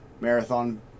marathon